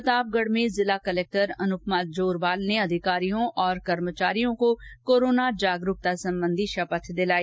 प्रतापगढ में जिला कलेक्टर अनुपमा जोरवाल ने अधिकारियों और कर्मचारियों को कोरोना जागरूकता संबंधी शपथ दिलाई